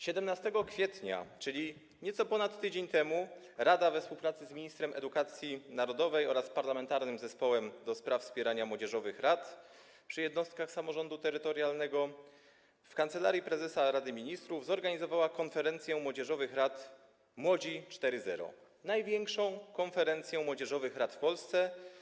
17 kwietnia, czyli nieco ponad tydzień temu, rada we współpracy z ministrem edukacji narodowej oraz Parlamentarnym Zespołem ds. Wspierania Młodzieżowych Rad przy Jednostkach Samorządu Terytorialnego w Kancelarii Prezesa Rady Ministrów zorganizowała konferencję młodzieżowych rad: Młodzi 4.0 - największą konferencję młodzieżowych rad w Polsce.